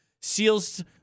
seals